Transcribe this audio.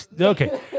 Okay